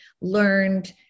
learned